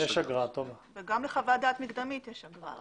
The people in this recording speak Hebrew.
גם לחוות דעת מקדמית יש אגרה.